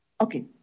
Okay